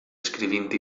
escrivint